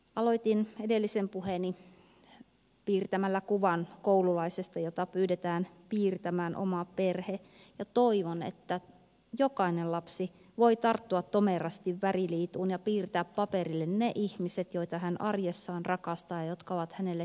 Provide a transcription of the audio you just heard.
aloitin edellisen puheeni piirtämällä kuvan koululaisesta jota pyydetään piirtämään oma perhe ja toivon että jokainen lapsi voi tarttua tomerasti väriliituun ja piirtää paperille ne ihmiset joita hän arjessaan rakastaa ja jotka ovat hänelle tärkeitä